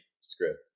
script